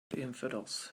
infidels